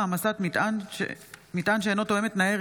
13 בעד, אין מתנגדים וכו'